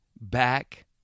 back